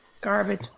garbage